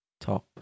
Top